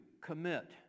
commit